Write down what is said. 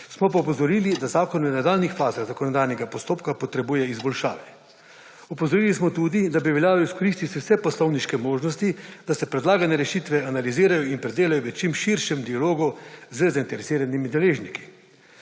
Smo pa opozorili, da zakon v nadaljnjih fazah zakonodajnega postopka potrebuje izboljšave. Opozorili smo tudi, da bi veljalo izkoristiti vse poslovniške možnosti, da se predlagane rešitve analizirajo in predelajo v čim širšem dialogu z zainteresiranimi deležniki,